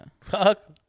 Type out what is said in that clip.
fuck